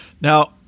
now